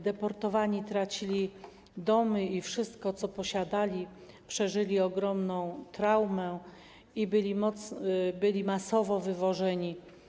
Deportowani tracili domy i wszystko, co posiadali, przeżyli ogromną traumę i byli masowo wywożeni.